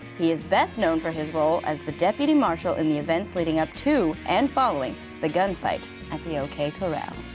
he is best known for his role as the deputy marshal in the events leading up to and following the gunfight at the o k. corral.